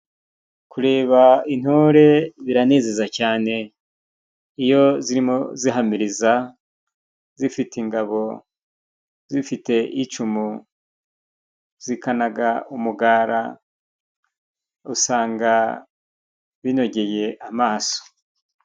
Kureba intore biranezeza cyane, iyo zirimo zihamiriza zifite ingabo, zifite icumu ,zikanaga umugara usanga binogeye amaso.